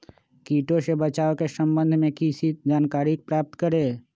किटो से बचाव के सम्वन्ध में किसी जानकारी प्राप्त करें?